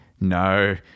No